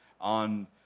On